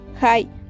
Hi